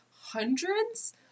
hundreds